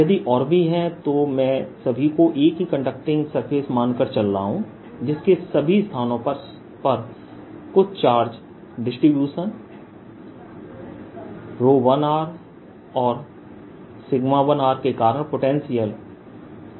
यदि और भी हैं तो मैं सभी को एक ही कंडक्टिंग सरफेस मानकर चल रहा हूं जिसके सभी स्थानों पर कुछ चार्ज डिस्ट्रीब्यूशन 1r और 1r के कारण पोटेंशियल V1r है